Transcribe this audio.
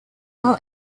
our